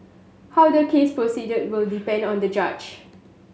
how the case proceed will depend on the judge